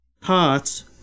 parts